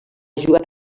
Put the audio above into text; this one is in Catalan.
jugat